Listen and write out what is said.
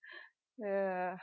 uh